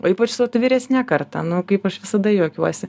o ypač su ta vyresne karta nu kaip aš visada juokiuosi